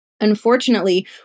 Unfortunately